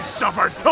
suffered